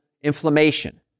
inflammation